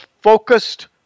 focused